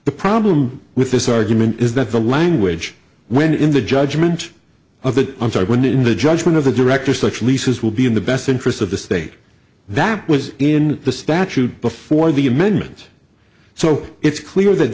the problem with this argument is that the language when in the judgment of a i'm sorry when in the judgment of the director such leases will be in the best interest of the state that was in the statute before the amendments so it's clear that